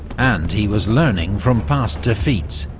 and he was learning from past defeats.